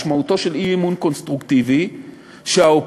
משמעותו של אי-אמון קונסטרוקטיבי שהאופוזיציה,